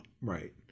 Right